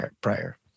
prior